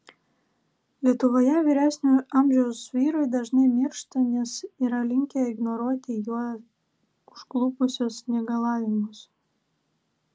lietuvoje vyresnio amžiaus vyrai dažnai miršta nes yra linkę ignoruoti juo užklupusius negalavimus